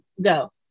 go